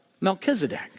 Melchizedek